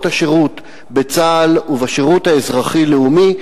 השירות בצה"ל והשירות האזרחי הלאומי,